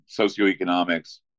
socioeconomics